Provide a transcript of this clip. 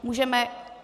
Můžeme...